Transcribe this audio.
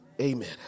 amen